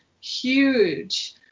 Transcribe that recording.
huge